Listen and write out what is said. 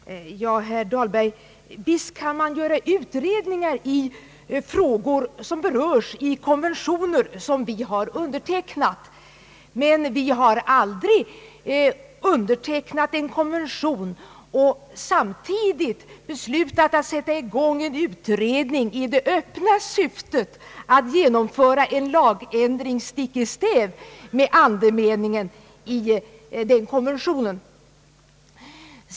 Herr talman! Ja, herr Dahlberg, visst kan man göra utredningar i frågor som berörs i konventioner som vi har undertecknat, men vi har aldrig undertecknat en konvention och samtidigt beslutat sätta i gång en utredning i det öppna syftet att genomföra en lagändring stick i stäv med andemeningen i den konventionen.